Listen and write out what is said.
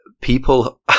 people